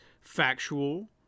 factual